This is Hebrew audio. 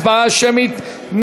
הצבעה שמית.